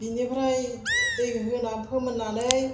बिनिफ्राय दै होना फोमोननानै